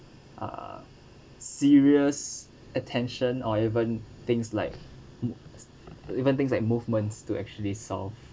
uh serious attention or even things like even things like movements to actually solve